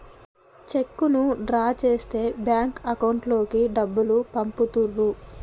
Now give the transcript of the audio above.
చెక్కును డ్రా చేస్తే bank account లోకి డబ్బులు పంపుతుర్రు